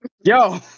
Yo